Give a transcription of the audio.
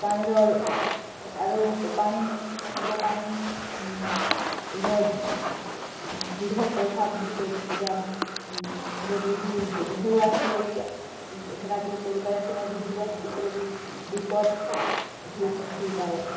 ପାଣିର ଆରୁ ପାଣି ସମୁଦ୍ର ପାଣି ଦୃଢ଼ ପ୍ରଭାବ ବି ପଡ଼୍ବା ଯଦି ବି ଢ଼େଉ ଆସିକରି ହେଟା ବି କରିପାରେ ସେଟା ବି ଜୀବନ୍ ଉପ୍ରେ ବିପଦ୍ ହେଇ ହେଇପାରେ